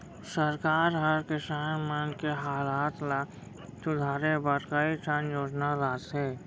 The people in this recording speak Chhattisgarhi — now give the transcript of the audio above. सरकार हर किसान मन के हालत ल सुधारे बर कई ठन योजना लाथे